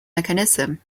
mechanism